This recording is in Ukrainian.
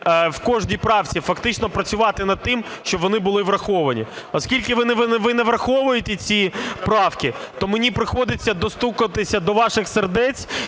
в кожній правці фактично працювати над тим, щоб вони були враховані. Оскільки ви не враховуєте ці правки, то мені приходиться достукатися до ваших сердець